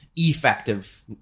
effective